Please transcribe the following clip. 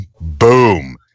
boom